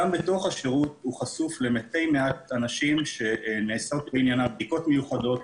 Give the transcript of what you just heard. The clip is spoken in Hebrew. גם בתוך השירות הוא חשוף למתי מעט אנשים שנעשות בעניינם בדיקות מיוחדות,